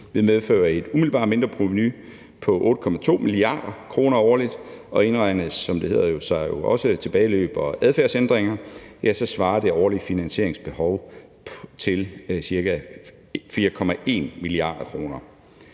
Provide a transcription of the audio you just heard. vil medføre et umiddelbart mindreprovenu på 8,2 mia. kr. årligt, og indregnes, som det hedder, også tilbageløb og adfærdsændringer, vil det årlige finansieringsbehov være ca. 4,1 mia. kr.